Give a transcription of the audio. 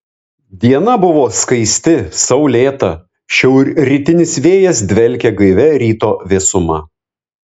diena buvo skaisti saulėta šiaurrytinis vėjas dvelkė gaivia ryto vėsuma